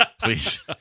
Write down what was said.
Please